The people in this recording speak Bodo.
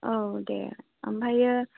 औ दे ओमफ्रायो